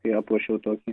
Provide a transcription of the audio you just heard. kai aplošiau tokį